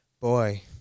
boy